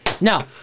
No